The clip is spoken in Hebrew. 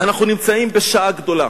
רבותי, אנחנו נמצאים בשעה גדולה.